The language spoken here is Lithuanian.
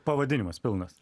pavadinimas pilnas